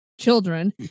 children